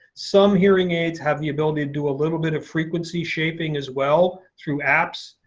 some hearing aids have the ability to do a little bit of frequency shaping as well through apps.